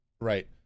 Right